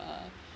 uh